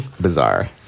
Bizarre